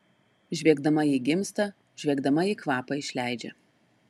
žviegdama ji gimsta žviegdama ji kvapą išleidžia